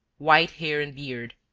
white hair and beard,